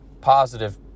positive